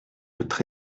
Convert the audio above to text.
votre